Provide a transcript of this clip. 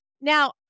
Now